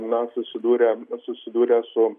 mes susidūrėm susidūrę su